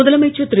முதலமைச்சர் திரு